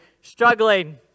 struggling